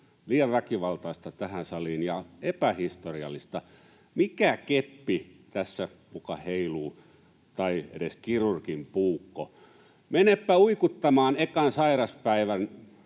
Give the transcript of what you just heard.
liian väkivaltaista tähän saliin ja epähistoriallista. Mikä keppi tässä muka heiluu tai edes kirurgin puukko? Menepä uikuttamaan ekan sairaspäivän